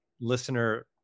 listener